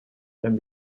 can